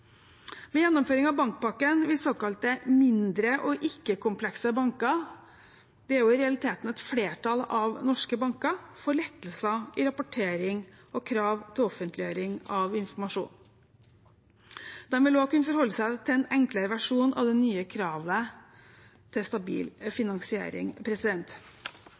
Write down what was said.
gjennomføring av bankpakken vil såkalte mindre og ikke-komplekse banker – det er jo i realiteten et flertall av norske banker – få lettelser i rapportering og krav til offentliggjøring av informasjon. De vil også kunne forholde seg til en enklere versjon av det nye kravet til stabil finansiering.